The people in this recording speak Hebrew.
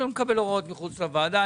אני לא מקבל הוראות מחוץ לוועדה.